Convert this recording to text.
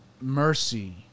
mercy